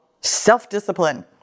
self-discipline